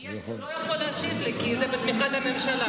הוא לא יכול להשיב לי, כי זה בתמיכת הממשלה.